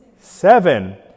seven